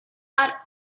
are